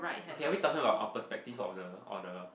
okay are we talking our perspective of the of the